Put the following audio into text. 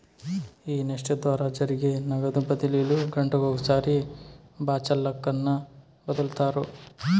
ఈ నెఫ్ట్ ద్వారా జరిగే నగదు బదిలీలు గంటకొకసారి బాచల్లక్కన ఒదులుతారు